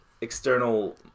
external